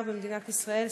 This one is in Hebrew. שר במדינת ישראל,